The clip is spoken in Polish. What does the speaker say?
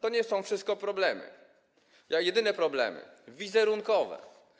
To nie są wszystko problemy, jedyne problemy, wizerunkowe.